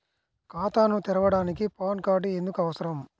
ఖాతాను తెరవడానికి PAN card ఎందుకు అవసరము?